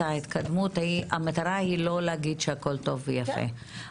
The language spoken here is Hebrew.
ההתקדמות המטרה היא לא להגיד שהכול טוב ויפה.